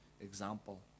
example